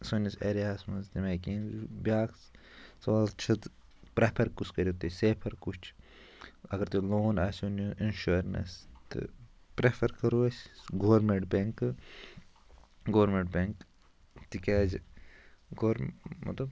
سٲنِس ایریا ہَس مَنٛز تَمہِ آیہِ کیٚنٛہہ بیٛاکھ سَوال چھُ تہٕ پرٛیٚفَر کُس کٔرِو تُہۍ سیفَر کُس چھُ اگر تۄہہِ لون آسوٕ نیٛن اِنشورَنس تہٕ پریٚفر کَرو أسۍ گورمیٚنٛٹ بیٚنٛک گورمیٚنٛٹ بیٚنٛک تِکیٛازِ گور مطلَب